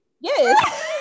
yes